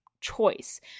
choice